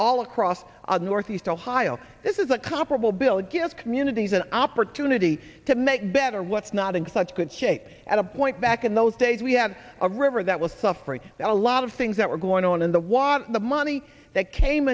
all across the northeast ohio this is a comparable bill against communities an opportunity to make better what's not in such good shape at a point back in those days we had a river that was suffering a lot of things that were going on in the why the money that came